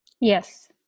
Yes